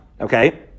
okay